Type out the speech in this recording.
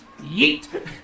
Yeet